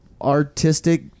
artistic